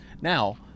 now